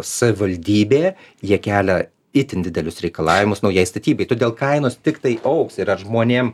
savivaldybė jie kelia itin didelius reikalavimus naujai statybai todėl kainos tiktai augs ir ar žmonėm